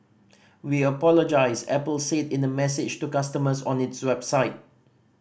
we apologise Apple said in a message to customers on its website